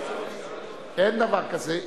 אין דבר כזה.